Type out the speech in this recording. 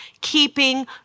keeping